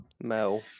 Mel